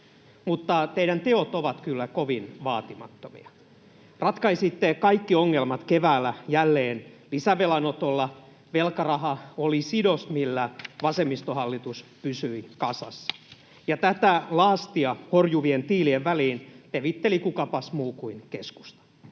mutta teidän tekonne ovat kyllä kovin vaatimattomia. Ratkaisitte kaikki ongelmat keväällä jälleen lisävelanotolla. Velkaraha oli sidos, millä vasemmistohallitus pysyi kasassa, ja tätä laastia horjuvien tiilien väliin levitteli kukapas muu kuin keskusta,